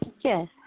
Yes